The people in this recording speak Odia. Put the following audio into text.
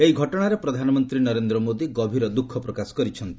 ଏହି ଘଟଣାରେ ପ୍ରଧାନମନ୍ତ୍ରୀ ନରେନ୍ଦ୍ର ମୋଦୀ ଗଭୀର ଦୁଃଖ ପ୍ରକାଶ କରିଛନ୍ତି